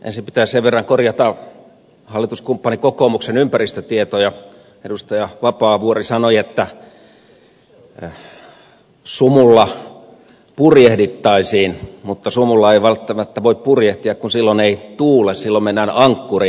ensin pitää sen verran korjata hallituskumppani kokoomuksen ympäristötietoja kun edustaja vapaavuori sanoi että sumulla purjehdittaisiin mutta sumulla ei välttämättä voi purjehtia kun silloin ei tuule silloin mennään ankkuriin